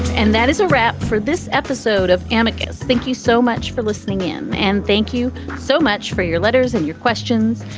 and that is a wrap for this episode of amicus. thank you so much for listening in. and thank you so much for your letters and your questions.